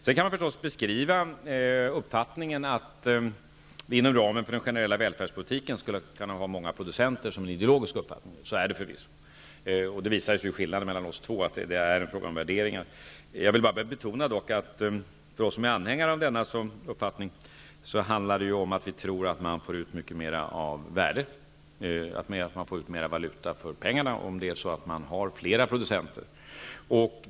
Man kan naturligtvis beskriva uppfattningen att vi inom ramen för den generella välfärdspolitiken skulle kunna ha många producenter som en ideologisk uppfattning -- så är det förvisso. Det visar sig också att skillnaden mellan oss två är en fråga om värderingar. Jag vill dock betona att det för oss som är anhängare av denna uppfattning handlar om att vi tror att man får ut mycket mer av värde, mera valuta för pengarna, om det finns flera producenter.